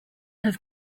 have